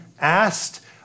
asked